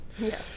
Yes